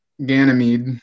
Ganymede